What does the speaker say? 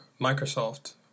Microsoft